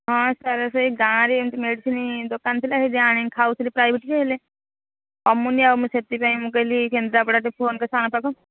ହଁ ସାର ସେଇ ଗାଁରେ ଏମିତି ମେଡ଼ିସିନ ଦୋକାନ ଥିଲା ସେଠୁ ଆଣି ଖାଉଥିଲି ପ୍ରାଇଭେଟ୍ଲି ହେଲେ କମୁନି ଆଉ ମୁଁ ସେଥିପାଇଁ ମୁଁ କହିଲି କେନ୍ଦ୍ରାପଡ଼ାକୁ ଫୋନ୍ କଲି ସାର୍ଙ୍କ ପାଖକୁ